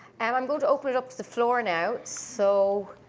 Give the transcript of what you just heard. and i'm going to open it up to the floor now. so,